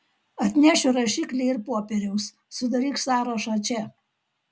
atnešiu rašiklį ir popieriaus sudaryk sąrašą čia